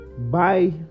Bye